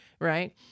right